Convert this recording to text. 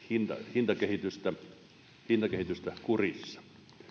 hintakehitystä hintakehitystä kurissa